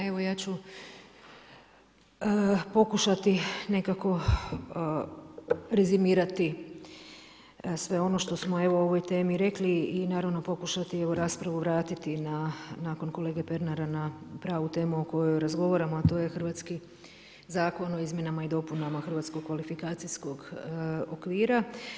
Evo, ja ću pokušati nekako rezimirati sve ono što smo o ovoj temi rekli i naravno pokušati raspravu vratiti nakon kolege Pernara na pravu temu o kojoj razgovaramo, a to je hrvatski Zakon o izmjenama i dopunama hrvatskog kvalifikacijskog okvira.